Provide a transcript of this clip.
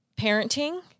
parenting